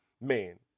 Man